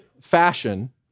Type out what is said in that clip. fashion